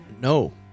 No